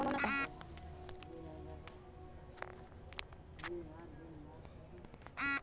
ऊरद, चना, राजमा, मसूर कुल भारी अनाज होला